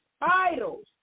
idols